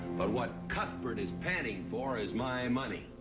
but what cuthbert is panting for is my money.